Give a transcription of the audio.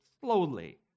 slowly